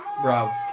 Bravo